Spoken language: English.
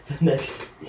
next